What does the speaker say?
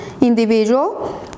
individual